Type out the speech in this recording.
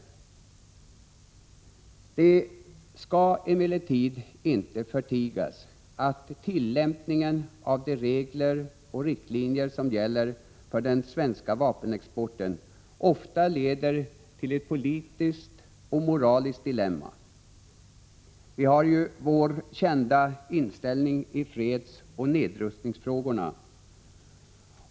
Det skall emellertid inte förtigas att tillämpningen av de regler och riktlinjer som gäller för den svenska vapenexporten ofta leder till ett politiskt och moraliskt dilemma. Vi har ju vår kända inställning i fredsoch nedrustningsfrågorna.